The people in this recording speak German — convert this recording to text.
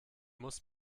muss